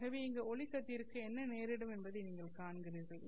ஆகவே இங்கே ஒளி கதிருக்கு என்ன நேரிடும் என்பதை நீங்கள் காண்கிறீர்கள்